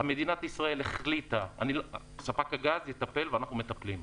מדינת ישראל החליטה שספק הגז יטפל ואנחנו מטפלים.